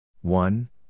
one